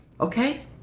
okay